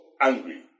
angry